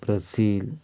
Brazil